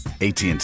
ATT